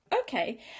Okay